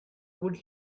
would